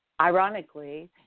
ironically